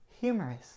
humorous